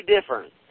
different